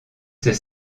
ses